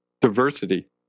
diversity